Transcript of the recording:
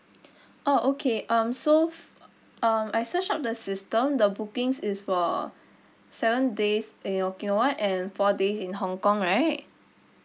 orh okay um so um I searched up the system the bookings is for seven days in okinawa and four days in hong kong right